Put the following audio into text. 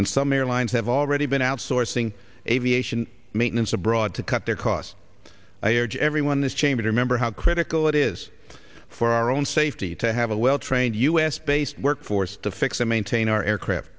and some airlines have already been outsourcing aviation maintenance abroad to cut their costs i urge everyone in this chamber to remember how critical it is for our own safety to have a well trained u s based workforce to fix and maintain our aircraft